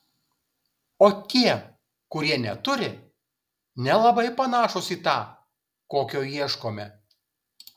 o tie kurie neturi nelabai panašūs į tą kokio ieškome